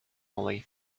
only